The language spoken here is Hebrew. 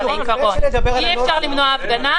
על העיקרון - אי אפשר למנוע הפגנה,